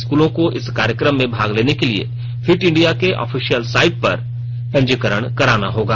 स्कूलों को इस कार्यक्रम में भाग लेने के लिए फिट इंडिया के ऑफिसियल साइट पर पंजीकरण कराना होगा